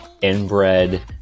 inbred